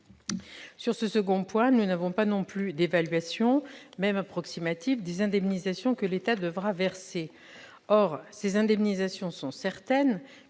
Sur ce point, nous n'avons pas non plus d'évaluation, même approximative, des indemnisations que l'État devra verser. Or celles-ci sont certaines,